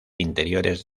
interiores